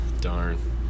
darn